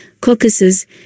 caucuses